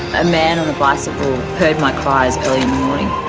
a man on a bicycle heard my cries early in the morning.